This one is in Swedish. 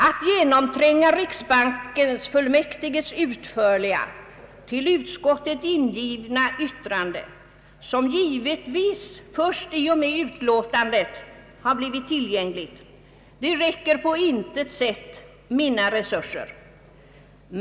Att genomtränga riksbanksfullmäktiges utförliga till utskottet ingivna yttrande, som givetvis först i och med utlåtandet har blivit tillgängligt, till det räcker på intet sätt mina resurser.